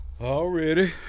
Already